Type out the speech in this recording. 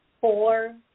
four